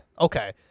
Okay